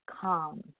calm